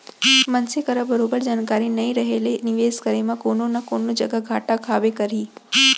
मनसे करा बरोबर जानकारी नइ रहें ले निवेस करे म कोनो न कोनो जघा घाटा खाबे करही